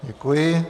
Děkuji.